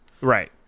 Right